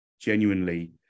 genuinely